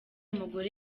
mugore